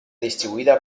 distribuida